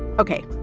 ok,